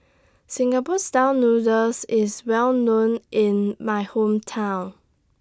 Singapore Style Noodles IS Well known in My Hometown